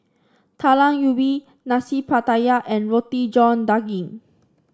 Talam Ubi Nasi Pattaya and Roti John Daging